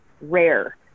rare